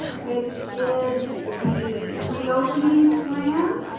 which is the reopening plan,